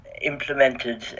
implemented